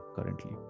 currently